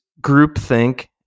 groupthink